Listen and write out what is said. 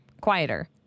quieter